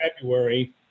February